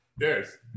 Cheers